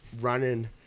running